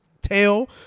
tail